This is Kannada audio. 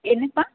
ಏನಪ್ಪಾ